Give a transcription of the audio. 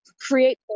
create